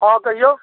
हँ कहिऔ